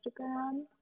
Instagram